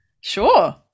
Sure